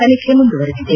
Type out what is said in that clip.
ತನಿಖೆ ಮುಂದುವರೆದಿದೆ